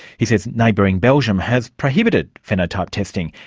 he says neighbouring belgium has prohibited phenotype testing,